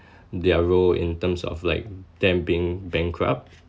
their role in terms of like them being bankrupt